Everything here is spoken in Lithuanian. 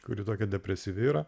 kuri tokia depresyvi yra